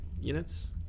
units